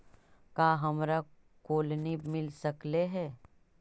का हमरा कोलनी मिल सकले हे?